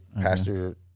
pastor